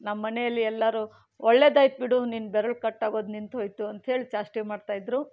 ನಮ್ಮ ಮನೇಲಿ ಎಲ್ಲರೂ ಒಳ್ಳೆದಾಯ್ತು ಬಿಡು ನಿನ್ನ ಬೆರಳು ಕಟ್ ಆಗೋದು ನಿಂತು ಹೋಯ್ತು ಅಂಥೇಳಿ ಚೇಷ್ಟೆ ಮಾಡ್ತಾಯಿದ್ರು